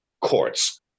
courts